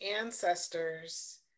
ancestors